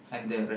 mm